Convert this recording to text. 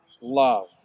love